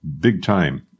big-time